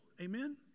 amen